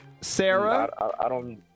Sarah